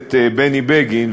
הכנסת בני בגין,